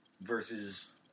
versus